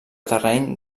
terreny